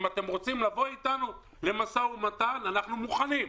אם אתם רוצים לבוא איתנו למשא ומתן אנחנו מוכנים,